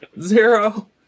Zero